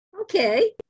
Okay